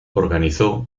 organizó